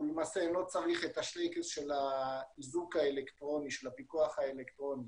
למעשה לא צריך את השלייקס של הפיקוח האלקטרוני.